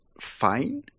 fine